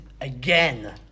again